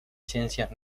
ciencias